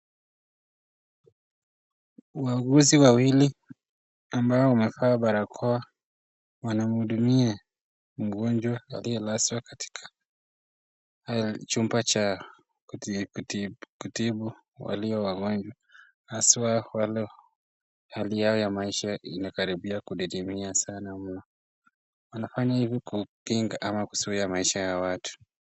Wauguzi wawili ambao wamevaa barakoa wanamwuhudumia wanasababisha wanagunduliwa mgonjwa aliyelazwa katika chumba cha kutibu walio wagonjwa haswa wale hali yao ya maisha inakaribia kudidimia sana mno. Wanafanya hivi kukinga ama kuzuia maisha ya watu.